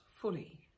fully